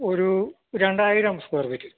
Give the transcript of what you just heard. ഒരു രണ്ടായിരം square feet